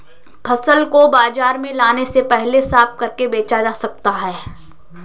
फसल को बाजार में लाने से पहले साफ करके बेचा जा सकता है?